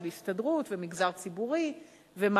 של הסתדרות ומגזר ציבורי ומעסיקים.